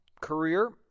career